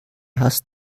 hast